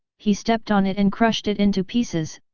he stepped on it and crushed it into pieces,